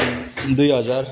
दुई हजार